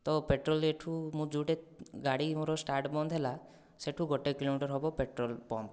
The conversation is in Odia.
ତ ପେଟ୍ରୋଲ ଏ'ଠାରୁ ମୁଁ ଯେଉଁଠାରୁ ଗାଡ଼ି ମୋର ଷ୍ଟାର୍ଟ ବନ୍ଦ ହେଲା ସେ'ଠାରୁ ଗୋଟାଏ କିଲୋମିଟର ହେବ ପେଟ୍ରୋଲ ପମ୍ପ